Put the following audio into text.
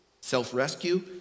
self-rescue